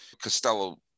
Costello